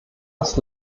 das